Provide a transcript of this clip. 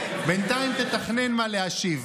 בינתיים תתכנן מה להשיב.